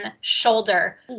shoulder